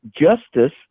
justice